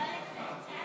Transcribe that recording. התשע"ח 2017,